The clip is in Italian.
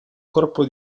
corpo